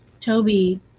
Toby